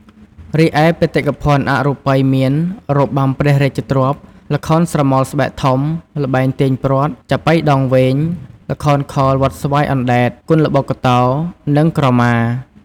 រីឯ បេតិភណ្ឌអរូបីមាន របាំព្រះរាជទ្រព្យ ល្ខោនស្រមោលស្បែកធំ ល្បែងទាញព្រ័ត្រ ចាប៉ីដងវែង ល្ខោនខោលវត្តស្វាយអណ្តែត គុនល្បុក្កតោ និងក្រមា។